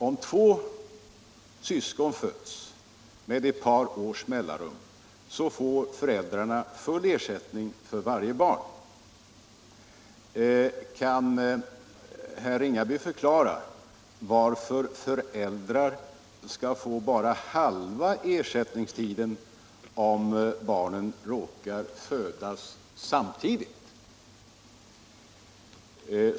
Om två syskon föds med ett par års mellanrum får föräldrarna full ersättning för varje barn. Kan herr Ringaby förklara varför föräldrar gkall få bara halva ersättningstiden om barnen råkar födas samtidigt?